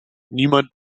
niemand